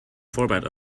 format